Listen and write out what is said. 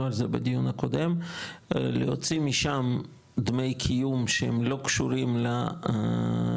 על זה בדיון הקודם - להוציא משם דמי קיום שהם לא קשורים לדיור,